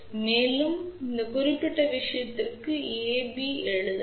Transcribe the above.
மேலும் இந்த குறிப்பிட்ட விஷயத்திற்கு நீங்கள் A B எழுதலாம்